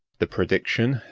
the prediction,